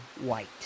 white